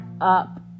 up